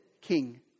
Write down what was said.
king